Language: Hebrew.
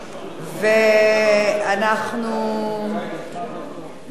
אנחנו מגיעים לתוצאות.